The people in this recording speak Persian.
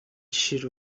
شیر